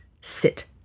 sit